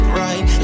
right